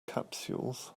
capsules